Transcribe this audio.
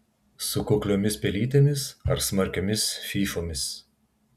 su kukliomis pelytėmis ar smarkiomis fyfomis